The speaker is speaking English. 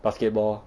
basketball